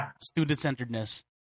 student-centeredness